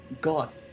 god